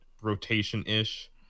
rotation-ish